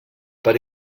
per